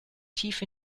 tief